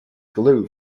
glue